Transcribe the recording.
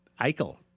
Eichel